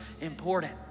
important